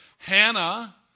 Hannah